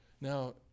Now